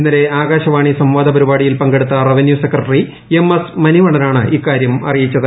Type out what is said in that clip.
ഇന്നലെ ആകാശവാണി സംവാദ പരിപാടിയിൽ പങ്കെടുത്ത റവന്യൂ സെക്രട്ടറി എം എസ് മനിവണ്ണനാണ് ഇക്കാര്യം അറിയിച്ചത്